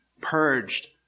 purged